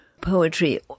poetry